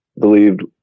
believed